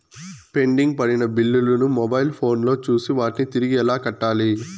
pending పడిన బిల్లులు ను మొబైల్ ఫోను లో చూసి వాటిని తిరిగి ఎలా కట్టాలి